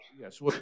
Yes